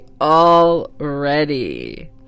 already